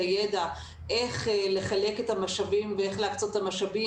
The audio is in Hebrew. הידע איך לחלק את המשאבים ואיך להקצות את המשאבים,